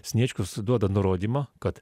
sniečkus duoda nurodymą kad